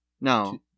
no